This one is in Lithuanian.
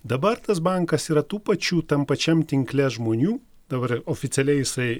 dabar tas bankas yra tų pačių tam pačiam tinkle žmonių dabar oficialiai jisai